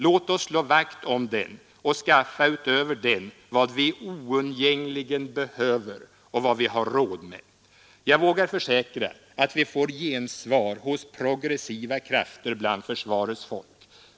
Låt oss slå vakt om den och därutöver skaffa vad vi oundgängligen behöver och har råd med. Jag vågar försäkra att vi får gensvar hos progressiva krafter bland försvarets folk.